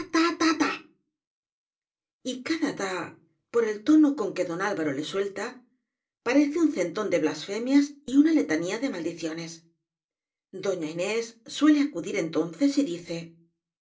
ta por el tono con que don alvaro le suelta parece un centón de blasfemias y una leta nía de maldiciones doña inés suele acudir entonces y dice